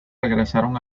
regresaron